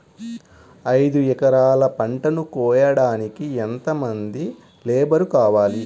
ఐదు ఎకరాల పంటను కోయడానికి యెంత మంది లేబరు కావాలి?